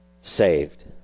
saved